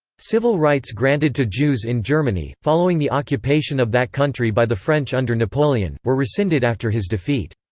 civil rights granted to jews in germany, following the occupation of that country by the french under napoleon, were rescinded after his defeat.